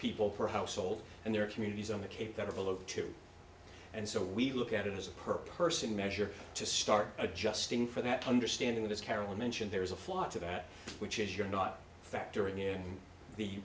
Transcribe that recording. people per household and their communities in the cape that are below two and so we look at it as a per person measure to start adjusting for that understanding this carol mentioned there is a flight to that which is you're not factoring in the